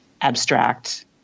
abstract